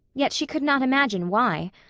yet she could not imagine why.